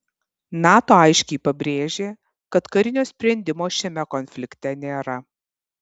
nato aiškiai pabrėžė kad karinio sprendimo šiame konflikte nėra